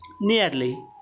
Nearly